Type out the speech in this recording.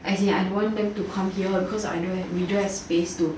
as in I don't want them to come here cause I don't have we don't have space to